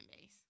base